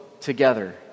together